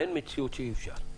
אין מציאות שאי אפשר.